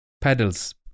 Pedals